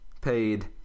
paid